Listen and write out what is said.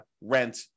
rent